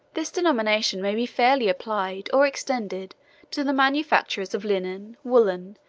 this denomination may be fairly applied or extended to the manufacturers of linen, woollen,